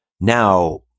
now